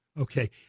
Okay